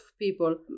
people